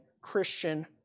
Christian